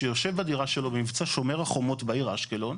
שיושב בדירה שלו במבצע שומר החומות בעיר אשקלון.